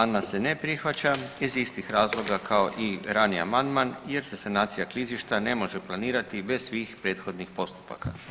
Amandman se ne prihvaća iz istih razloga kao i raniji amandman jer se sanacija klizišta ne može planirati bez svih prethodnih postupaka.